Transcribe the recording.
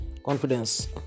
Confidence